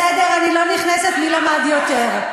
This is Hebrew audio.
בסדר, אני לא נכנסת לשאלה מי למד יותר.